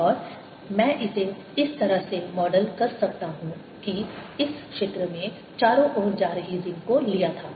और मैं इसे इस तरह से मॉडल कर सकता हूं कि इस क्षेत्र में चारों ओर जा रही रिंग को लिया था